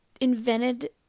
invented